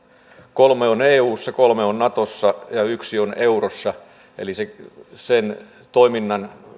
kolme on eussa kolme on natossa ja yksi on eurossa eli sen toiminnan